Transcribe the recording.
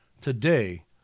today